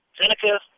Seneca